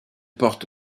porte